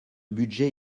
budget